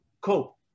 cope